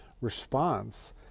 response